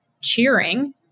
cheering